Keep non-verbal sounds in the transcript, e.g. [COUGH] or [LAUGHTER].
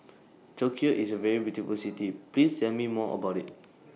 Tokyo IS A very beautiful City Please Tell Me More about IT [NOISE]